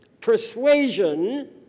persuasion